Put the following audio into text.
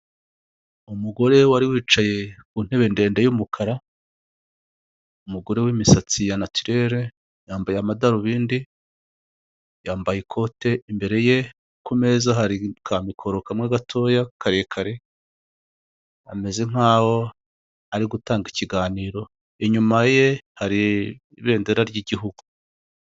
Umugore wari wicaye ku ntebe ndende y'umukara, umugore w'imisatsi ya natirere, yambaye amadarubindi, yambaye ikote imbere ye ku meza hari ka mikoro kamwe gatoya karekare, ameze nkaho ari gutanga ikiganiro, inyuma ye hari ibendera ry'gihugu.